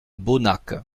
bonnac